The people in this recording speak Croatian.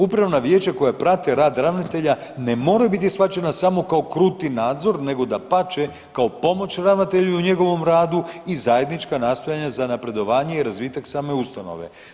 Upravna vijeća koja prate rad ravnatelja ne moraju biti shvaćena samo kao kruti nadzor, nego dapače kao pomoć ravnatelju u njegovom radu i zajednička nastojanja za napredovanje i razvitak same ustanove.